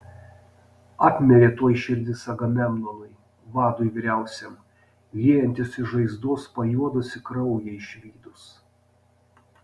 apmirė tuoj širdis agamemnonui vadui vyriausiam liejantis iš žaizdos pajuodusį kraują išvydus